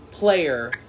player